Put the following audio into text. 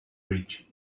bridge